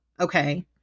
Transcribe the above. okay